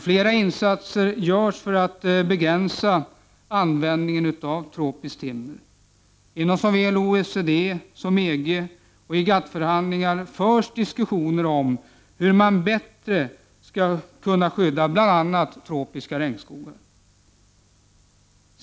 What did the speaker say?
Flera insatser görs för att begränsa användningen av tropiskt timmer, och inom såväl OECD som EG och i GATT-förhandlingar förs diskussioner om hur man bättre skall kunna skydda bl.a. tropiska regnskogar.